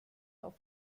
auf